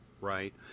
right